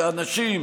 שאנשים,